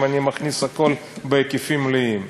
אם אני מכניס הכול בהיקפים מלאים.